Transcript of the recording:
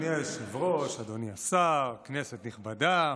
אדוני היושב-ראש, אדוני השר, כנסת נכבדה,